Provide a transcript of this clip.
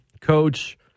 coach